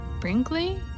Brinkley